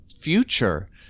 future